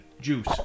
juice